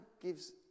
gives